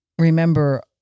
remember